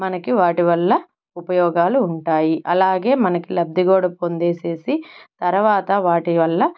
మనకి వాటి వల్ల ఉపయోగాలు ఉంటాయి అలాగే మనకి లబ్ది కూడా పొందేసి తరవాత వాటి వల్ల